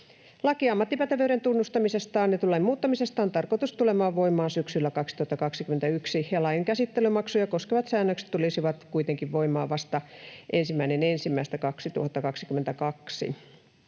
Laki ammattipätevyyden tunnustamisesta annetun lain muuttamisesta on tarkoitettu tulemaan voimaan syksyllä 2021. Lain käsittelymaksuja koskevat säännökset tulisivat kuitenkin voimaan vasta 1.1.2022.